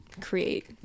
create